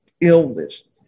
illness